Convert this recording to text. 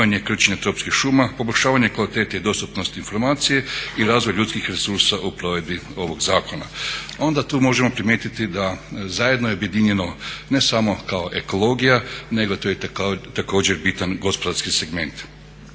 poboljšavanje kvalitete i dostupnosti informacije i razvoj ljudskih resursa u provedbi ovog zakona. Onda tu možemo primijetiti da zajedno je objedinjeno ne samo kao ekologija nego to je također bitan gospodarski segment.